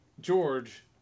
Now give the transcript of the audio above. George